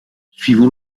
suivant